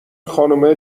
خانومه